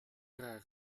auras